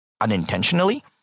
unintentionally